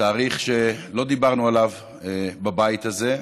תאריך שלא דיברנו עליו בבית הזה.